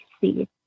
see